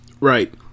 Right